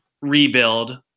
rebuild